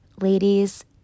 Ladies